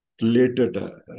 related